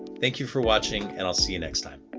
thank you for watching and i'll see you next time.